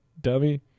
dummy